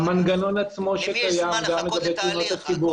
למי יש זמן לחכות לתהליך?